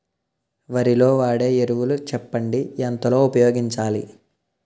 వరిలో వాడే ఎరువులు చెప్పండి? ఎంత లో ఉపయోగించాలీ?